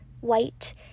white